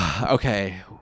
Okay